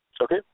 Okay